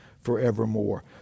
forevermore